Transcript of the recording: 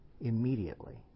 immediately